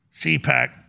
CPAC